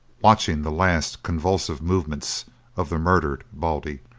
watching the last convulsive movements of the murdered baldy.